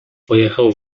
pojechał